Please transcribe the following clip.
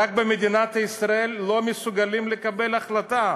ורק במדינת ישראל לא מסוגלים לקבל החלטה.